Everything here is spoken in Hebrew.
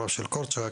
כדבריו של קורצ'אק,